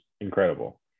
incredible